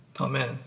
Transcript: Amen